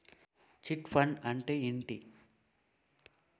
Chit fund అంటే ఏంటి?